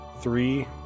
three